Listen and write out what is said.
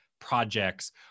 projects